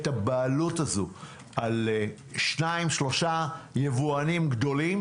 את הבעלות של שניים-שלושה יבואנים גדולים